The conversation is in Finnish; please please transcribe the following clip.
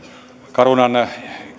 carunan